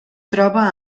troba